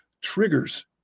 triggers